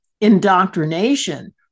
indoctrination